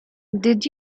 did